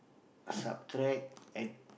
subtract add